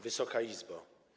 Wysoka Izbo!